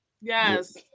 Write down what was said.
Yes